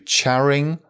Charing